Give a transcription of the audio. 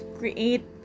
create